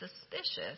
Suspicious